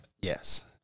Yes